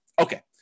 Okay